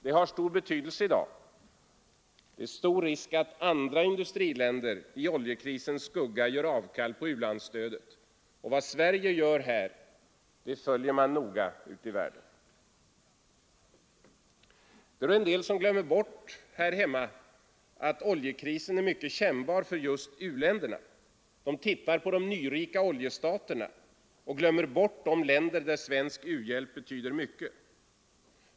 Det har stor betydelse i dag, när det är stor risk att andra industriländer i oljekrisens skugga gör avkall på u-landsstö det. Vad Sverige gör här följs noga ute i världen. 25 Det är en del här hemma som glömmer bort att oljekrisen är mycket kännbar för just u-länderna; de tittar då på de nyrika oljestaterna och glömmer bort de länder där svensk u-hjälp betyder mycket.